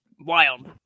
wild